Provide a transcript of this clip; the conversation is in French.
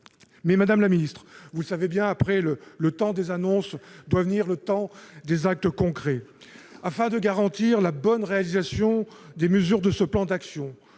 bien, madame la ministre : après le temps des annonces doit venir le temps des actes concrets. Afin de garantir la bonne réalisation des mesures de ce plan d'action,